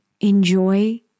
enjoy